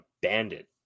bandit